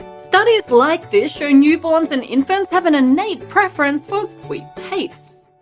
studies like this show newborns and infants have an innate preference for sweet tastes.